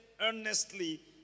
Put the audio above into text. earnestly